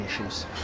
issues